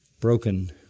broken